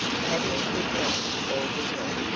tavia could not, or would not,